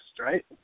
Right